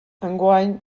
enguany